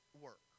work